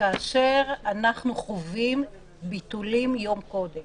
אנחנו חווים ביטולים יום קודם